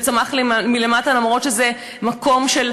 זה צמח מלמטה, למרות שזה מקום של